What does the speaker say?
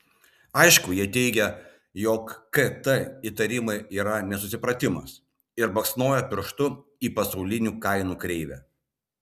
aišku jie teigia jog kt įtarimai yra nesusipratimas ir baksnoja pirštu į pasaulinių kainų kreivę